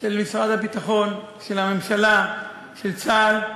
של משרד הביטחון, של הממשלה, של צה"ל,